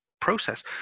process